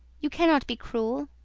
you cannot be cruel.